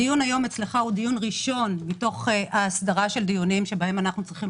הדיון אצלך היום הוא דיון ראשון מתוך דיונים בהם אנחנו צריכים